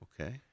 Okay